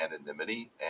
anonymity